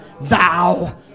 thou